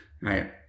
Right